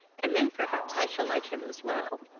and then perhaps i shall like him as well.